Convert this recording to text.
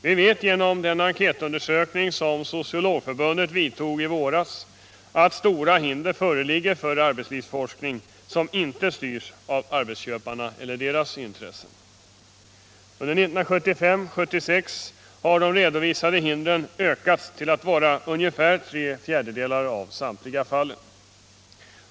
Vi vet genom den enkätundersökning som Sociologförbundet vidtog i våras att stora hinder föreligger för arbetslivsforskning som inte styrs av arbetsköparna eller deras intressen. Under 1975-1976 har de redovisade hindren ökats till att vara ungefär tre fjärdedelar av samtliga fall.